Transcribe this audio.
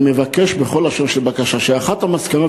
אני מבקש בכל לשון של בקשה שאחת המסקנות